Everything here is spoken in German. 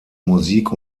musik